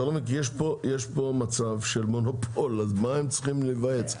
יש פה מצב של מונופול אז על מה הם צריכים להיוועץ?